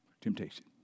temptation